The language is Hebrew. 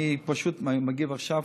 אני פשוט מגיב עכשיו,